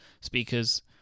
speakers